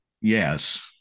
yes